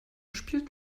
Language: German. spielt